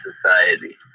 society